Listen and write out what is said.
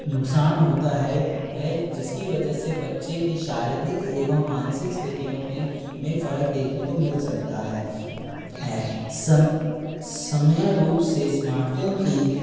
नुकसान होता है है जिसकी वजह से बच्चे कि शारीरिक एवं मानसिक स्थितियों में में फ़र्क देखने को मिल सकता है है समयारूप से स्मार्टफोन की